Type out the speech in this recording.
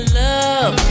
love